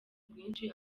rwinshi